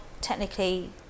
technically